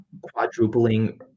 quadrupling